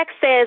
says